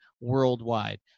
worldwide